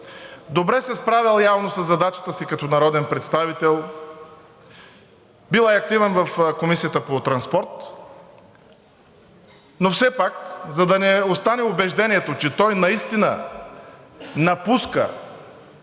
Добре се е справял явно със задачата си като народен представител. Бил е активен в Комисията по транспорт. Но все пак, за да не остане убеждението, че той наистина напуска